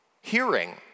hearing